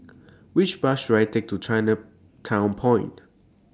Which Bus should I Take to Chinatown Point